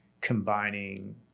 combining